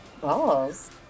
Balls